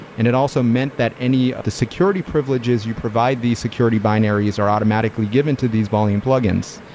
and it also meant that any the security privileges you provide these security binaries are automatically given to these volume plug-ins.